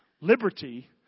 liberty